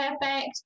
perfect